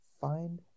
Find